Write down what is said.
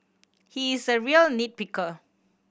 he is a real nit picker